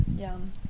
Yum